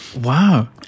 wow